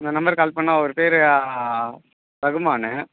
இந்த நம்பர்க்கு கால் பண்ணால் அவர் பேர் ரகுமான்